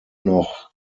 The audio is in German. noch